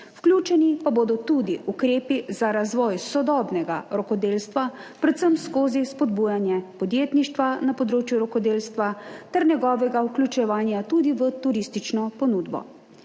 vključeni pa bodo tudi ukrepi za razvoj sodobnega rokodelstva, predvsem skozi spodbujanje podjetništva na področju rokodelstva ter njegovega vključevanja tudi v turistično ponudbo.